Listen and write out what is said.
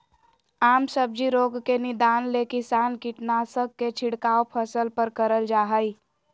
आम सब्जी रोग के निदान ले किसान कीटनाशक के छिड़काव फसल पर करल जा हई